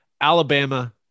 Alabama